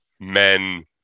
men